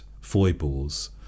foibles